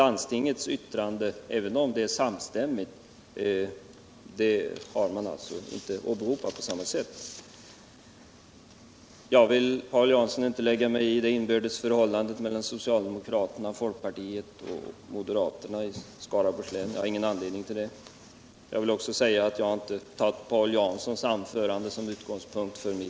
Landstingets yttrande - även om det är samstämmigt — har man inte åberopat på samma sätt. Jag vill, Paul Jansson, inte lägga mig i det inbördes förhållandet mellan socialdemokraterna, folkpartiet och moderaterna i Skaraborgs län. Men jag vill påpeka att jag inte har tagit Paul Janssons anförande som utgängspunkt